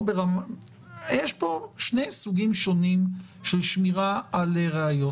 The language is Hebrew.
יש פה שני סוגים שונים של שמירה על ראיות.